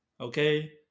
okay